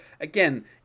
again